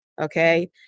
okay